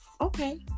Okay